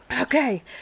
Okay